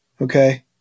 Okay